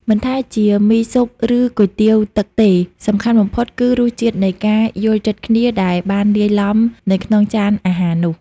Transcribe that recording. មិនថាជាមីស៊ុប ឬគុយទាវទឹកទេ សំខាន់បំផុតគឺរសជាតិនៃការយល់ចិត្តគ្នាដែលបានលាយឡំនៅក្នុងចានអាហារនោះ។